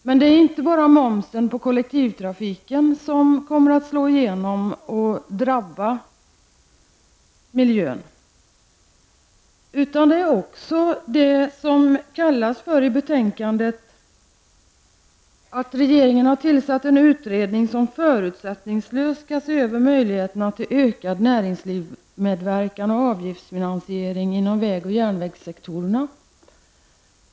Men det är inte bara momsen på kollektivtrafiken som kommer att slå igenom och drabba miljön, utan det är också det som står i betänkandet om att regeringen har tillsatt en utredning som förutsättningslöst skall se över möjligheterna till ökad näringslivsmedverkan och avgiftsfinansiering inom väg och järnvägssektorerna.